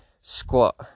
squat